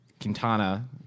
Quintana